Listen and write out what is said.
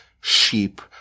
sheep